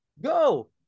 go